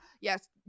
yes